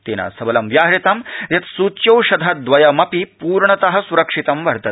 तेन सबलं व्याहृतं यत् सूच्यौषधद्वयमपि पूर्णत स्रक्षितं वर्तते